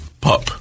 Pup